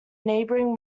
neighboring